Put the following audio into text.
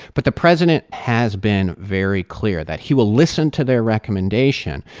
but the president has been very clear that he will listen to their recommendation,